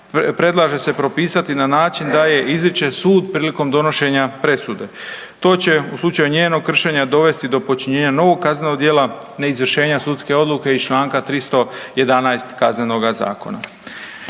predlaže se propisati na način da je izriče sud prilikom donošenja presude. To će u slučaju njenog kršenja dovesti do počinjenja novog kaznenog djela neizvršenja sudske odluke iz čl. 311. KZ-a. Također